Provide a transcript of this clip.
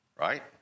right